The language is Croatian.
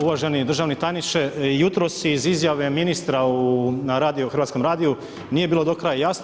Uvaženi državni tajniče, jutros iz izjave ministra na radiju, hrvatskom radiju, nije bilo do kraja jasno.